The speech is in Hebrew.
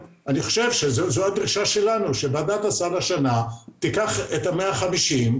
זו גם הדרישה שלנו: שוועדת הסל השנה תיקח את ה-150,